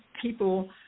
people